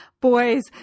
Boys